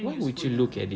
why would you look at it